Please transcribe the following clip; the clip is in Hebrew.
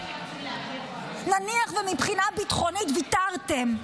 נניח שמבחינה ביטחונית ויתרתם.